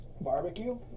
barbecue